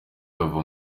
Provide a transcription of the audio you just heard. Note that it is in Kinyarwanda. ava